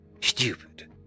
stupid